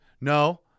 no